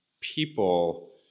people